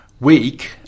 weak